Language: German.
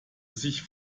sich